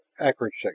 accuracy